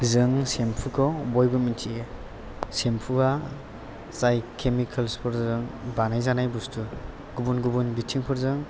जों सेम्फुखौ बयबो मिन्थियो सेम्फुआ जाय केमिखोल्सफोरजों बानाय जानाय बुस्थु गुबुन गुबुन बिथिंफोरजों